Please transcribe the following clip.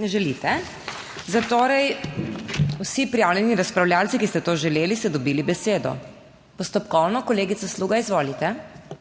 Ne želite. Zatorej vsi prijavljeni razpravljavci, ki ste to želeli, ste dobili besedo. Postopkovno, kolegica Sluga, izvolite.